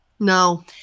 no